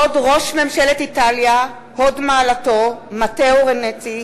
כבוד ראש ממשלת איטליה, הוד מעלתו מתאו רנצי,